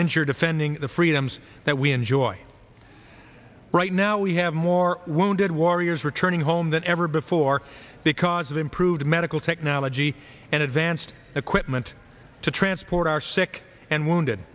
injured defending the freedoms that we enjoy right now we have more wounded warriors returning home than ever before because of improved medical technology and advanced equipment to transport our sick and wounded